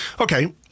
Okay